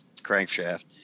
crankshaft